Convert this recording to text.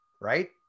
right